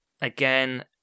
again